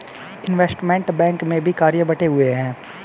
investment bank में भी कार्य बंटे हुए हैं